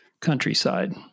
countryside